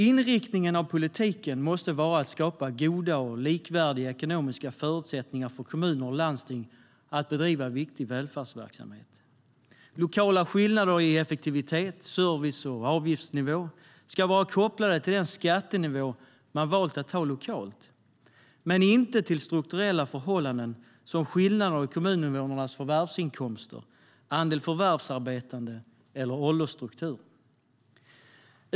Inriktningen av politiken måste vara att skapa goda och likvärdiga ekonomiska förutsättningar för kommuner och landsting att bedriva viktig välfärdsverksamhet. Lokala skillnader i effektivitet och service och avgiftsnivå ska vara kopplade till den skattenivå man valt att ha lokalt, inte till strukturella förhållanden som skillnader i kommuninvånarnas förvärvsinkomster, andel förvärvsarbetande eller åldersstruktur.